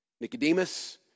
Nicodemus